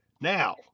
Now